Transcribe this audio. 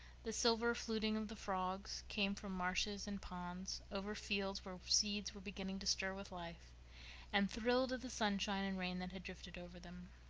the silver fluting of the frogs came from marshes and ponds, over fields where seeds were beginning to stir with life and thrill to the sunshine and rain that had drifted over them.